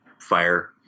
fire